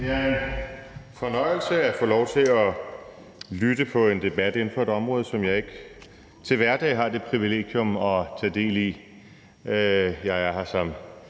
Det er en fornøjelse at få lov til at lytte på en debat inden for et område, som jeg ikke til hverdag har det privilegium at tage del i. Jeg er her som